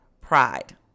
pride